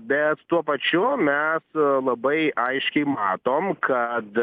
bet tuo pačiu mes labai aiškiai matom kad